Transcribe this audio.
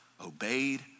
obeyed